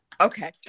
okay